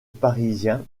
parisien